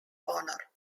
honor